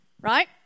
right